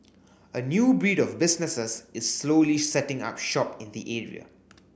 a new breed of businesses is slowly setting up shop in the area